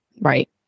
Right